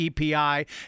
EPI